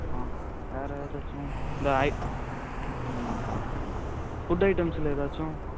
ஆ வேறு எதாச்சும் இந்த ஐ ம் ஃபுட் ஐட்டம்ஸில் எதாச்சும்